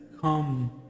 come